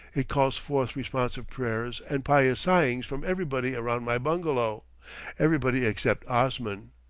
it calls forth responsive prayers and pious sighings from everybody around my bungalow everybody except osman.